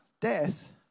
death